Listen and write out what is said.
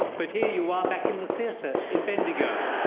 but here you are, back in the theatre, in bendigo!